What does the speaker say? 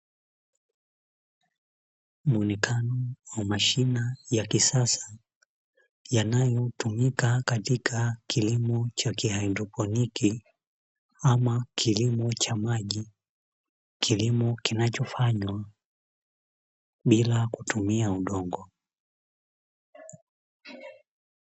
Muonekano wa mashina ya kisasa yanayotumika katika kilimo cha kihaidroponiki, ama kilimo cha maji kilimo kinachofanywa bila kutumia udongo.